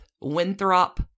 Winthrop